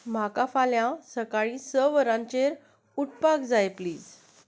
म्हाका फाल्यां सकाळीं स वरांचेर उठपाक जाय प्लीज